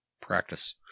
practice